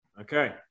Okay